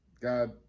God